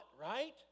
right